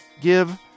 give